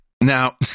Now